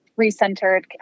recentered